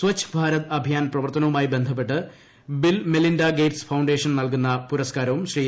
സ്വച്ഛ് ഭാരത് അഭിയാൻ പ്രവർത്തനവുമായി ബന്ധപ്പെട്ട് Bill Melinda Gates Foundation നല്കുന്ന പുരസ്കാരവും ശ്രീ